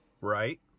Right